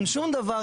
אין שום דבר,